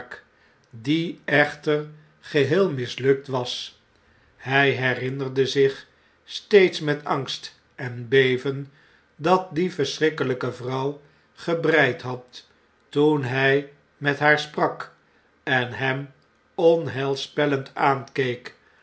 die echter geheel mislukt was hy herinnerde zich steeds met angst en beven dat die verschrikkeiyke vrouw gebreid had toen hy met haar sprak en hem onheilspellend aankeek